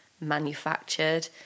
manufactured